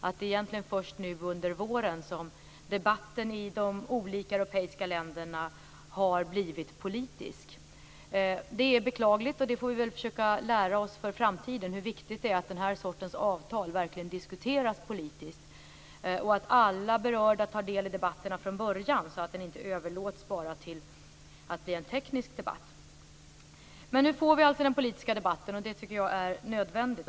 Det är egentligen först nu under våren som debatten i de olika europeiska länderna har blivit politisk. Det är beklagligt, men vi får försöka att lära oss för framtiden hur viktigt det är att den här sortens avtal verkligen diskuteras politiskt och att alla som är berörda deltar i debatten från början, så att det inte bara blir en teknisk debatt. Men nu för vi den politiska debatten, och det är nödvändigt.